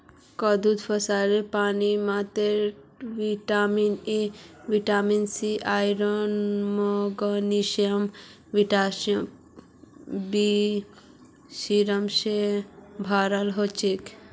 कद्दूत फाइबर पानीर मात्रा vitamin A vitamin C iron magnesium vitamin B six स भोराल हछेक